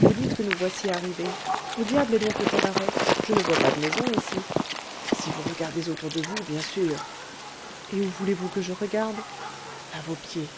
vous dites que nous voici arrivés où diable est donc le cabaret je ne vois pas de maison ici si vous regardez autour de vous bien sûr et où voulez-vous que je regarde à vos pieds